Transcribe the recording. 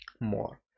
more